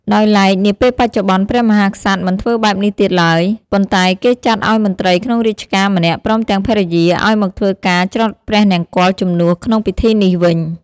ដោយឡែកនាពេលបច្ចុប្បន្នព្រះមហាក្សត្រ មិនធ្វើបែបនេះទៀតឡើយ ប៉ុន្ដែគេចាត់ឲ្យមន្រ្តីក្នុងរាជការម្នាក់ព្រមទាំងភរិយាឲ្យមកធ្វើការច្រត់ព្រះនង្គ័លជំនួសក្នុងពិធីនេះវិញ។